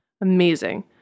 amazing